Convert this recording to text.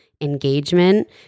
engagement